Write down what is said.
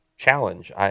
Challenge